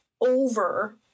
over